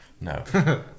no